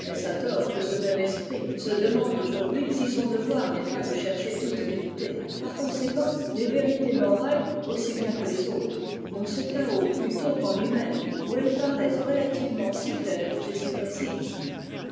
que ce même esprit se demande aujourd'hui si son devoir n est pas de chercher toute vérité par conséquent les vérités morales aussi bien que les autres dans ce chaos plutôt qu'en lui-même où elles paraissent relativement si claires et si précises